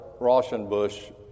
Rauschenbusch